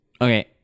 Okay